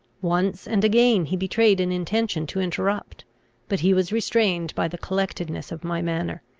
once and again he betrayed an intention to interrupt but he was restrained by the collectedness of my manner,